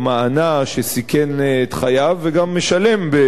שסיכן את חייו וגם משלם בחייו.